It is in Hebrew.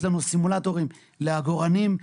יש לנו סימולטורים לעגורנים,